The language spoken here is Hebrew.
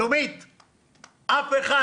אף אחד.